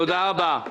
תודה רבה.